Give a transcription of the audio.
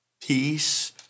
peace